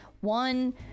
one